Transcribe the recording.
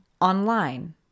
online